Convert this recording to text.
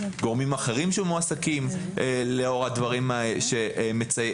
גורמים אחרים שמועסקים לאור הדברים שמוזכרים